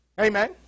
amen